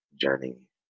journey